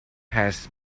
has